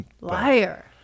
Liar